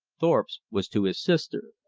thorpe's was to his sister.